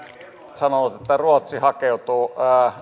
sanonut että ruotsi hakeutuu